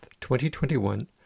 2021